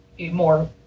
more